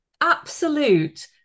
absolute